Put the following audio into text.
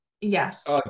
yes